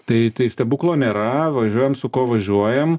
tai tai stebuklo nėra važiuojam su kuo važiuojam